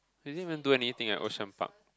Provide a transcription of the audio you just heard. we didn't even do anything at Ocean Park